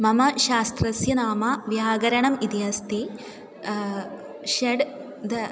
मम शास्त्रस्य नाम व्याकरणम् इति अस्ति षड् द